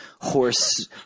Horse